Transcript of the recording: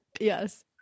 Yes